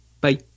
Bye